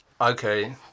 okay